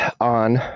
on